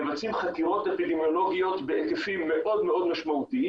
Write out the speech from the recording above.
מבצעים חקירות אפידמיולוגיות בהיקפים מאוד מאוד משמעותיים.